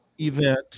event